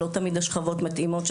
לא תמיד השכבות מתאימות.